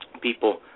People